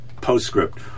postscript